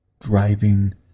driving